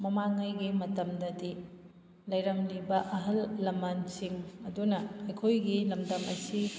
ꯃꯃꯥꯡꯉꯩꯒꯤ ꯃꯇꯝꯗꯗꯤ ꯂꯩꯔꯝꯂꯤꯕ ꯑꯍꯜ ꯂꯃꯟꯁꯤꯡ ꯑꯗꯨꯅ ꯑꯩꯈꯣꯏꯒꯤ ꯂꯝꯗꯝ ꯑꯁꯤ